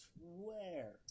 swear